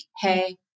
hey